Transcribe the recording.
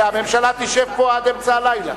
והממשלה תשב פה עד אמצע הלילה.